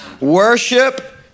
Worship